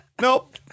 nope